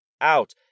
out